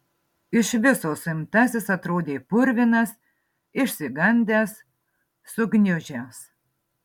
iš viso suimtasis atrodė purvinas išsigandęs sugniužęs